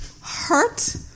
hurt